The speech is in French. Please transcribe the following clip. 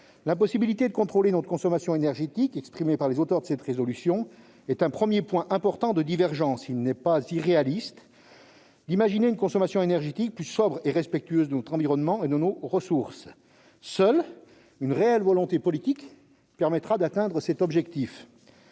L'impossibilité de contrôler notre consommation énergétique, exprimée par ses auteurs, est un premier point important de divergence. Il n'est pas irréaliste d'imaginer une consommation énergétique plus sobre et respectueuse de notre environnement et de nos ressources. Seule une réelle volonté politique permettra d'atteindre cet objectif.